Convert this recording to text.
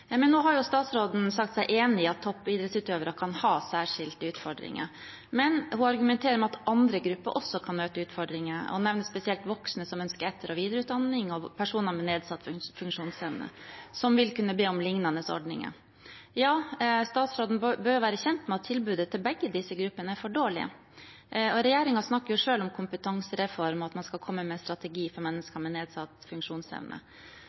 men hun argumenterer med at andre grupper også kan møte utfordringer, og nevner spesielt voksne som ønsker etter- og videreutdanning og personer med nedsatt funksjonsevne som vil kunne be om lignende ordninger. Ja, statsråden bør være kjent med at tilbudet til begge disse gruppene er for dårlig. Regjeringen snakker jo selv om en kompetansereform, at man skal komme med strategi for mennesker med nedsatt funksjonsevne.